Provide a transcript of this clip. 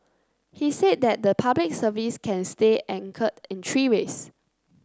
he said that the Public Service can stay anchor in three ways